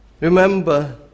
Remember